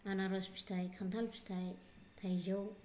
आनारस फिथाइ खान्थाल फिथाइ थाइजौ